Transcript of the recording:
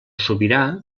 sobirà